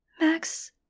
Max